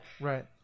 right